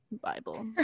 Bible